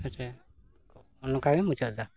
ᱟᱪᱪᱷᱟ ᱱᱚᱝᱠᱟ ᱜᱮᱧ ᱢᱩᱪᱟᱹᱫ ᱮᱫᱟ